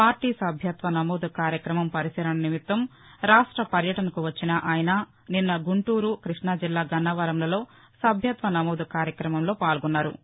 party సభ్యత్వ నమోదు కార్యక్రమం పరిశీలన నిమిత్తం రాష్ట పర్యటనకు వచ్చిన ఆయన నిన్న గుంటూరు కృష్ణా జిల్లా గన్నవరంలలో సభ్యత్వ నమోదు కార్యక్రమంలో పాల్గొన్నారు